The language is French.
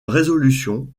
résolution